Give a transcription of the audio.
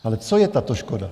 Ale co je tato škoda?